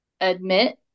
admit